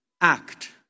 act